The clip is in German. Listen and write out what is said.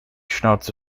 schnauze